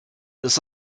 this